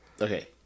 Okay